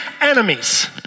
enemies